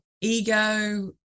ego